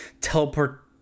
teleport